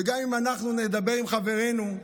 וגם אם אנחנו נדבר עם חברינו,